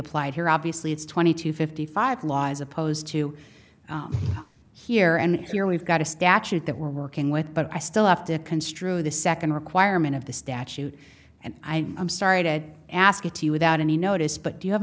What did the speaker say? applied here obviously it's twenty two fifty five law as opposed to here and here we've got a statute that we're working with but i still have to construe the second requirement of the statute and i am sorry to ask it to you without any notice but do you have